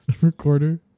recorder